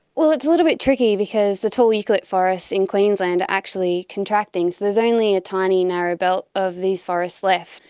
well, it's little bit tricky because the tall eucalypt forests in queensland are actually contracting, so there is only a tiny narrow belt of these forests left.